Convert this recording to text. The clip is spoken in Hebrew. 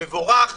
מבורך.